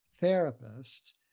therapist